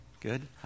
good